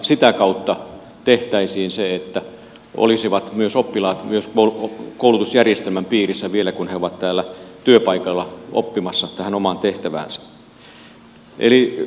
sitä kautta tehtäisiin se että olisivat oppilaat myös koulutusjärjestelmän piirissä vielä kun he ovat täällä työpaikalla oppimassa tähän omaan tehtäväänsä